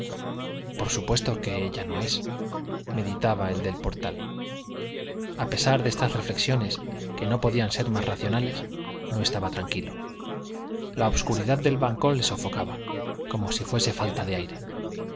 por supuesto que ella no es meditaba el del portal a pesar de estas reflexiones que no podían ser más racionales no estaba tranquilo la obscuridad del balcón le sofocaba como si fuese falta de aire